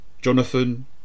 Jonathan